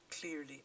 clearly